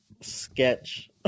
sketch